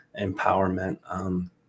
empowerment